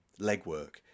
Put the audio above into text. legwork